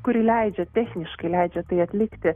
kuri leidžia techniškai leidžia tai atlikti